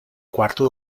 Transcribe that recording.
quarto